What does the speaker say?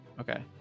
Okay